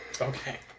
Okay